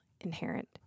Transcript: inherent